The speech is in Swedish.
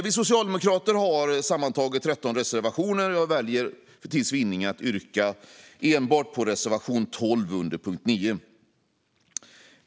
Vi socialdemokrater har sammantaget 13 reservationer, men jag väljer för tids vinning att yrka bifall endast till reservation 12 under punkt 9.